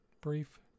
brief